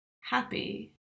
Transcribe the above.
happy